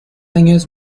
años